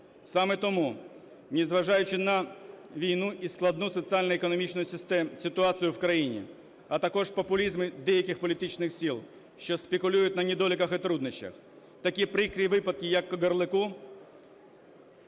Саме тому, незважаючи на війну і складну соціально-економічну ситуацію в країні, а також популізм деяких політичних сил, що спекулюють на недоліках і труднощах, такі прикрі випадки, як у Кагарлику,